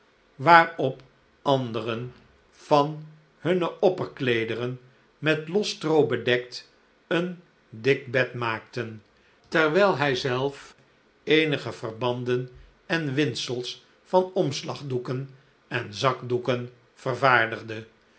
waarop anderen van hunne opperkleederen met los stroo bedekt een dik bed maakten terwijl hij zelf eenige verbanden en windsels van omslagdoeken en zakdoeken vervaardigde